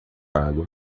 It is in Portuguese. água